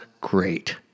great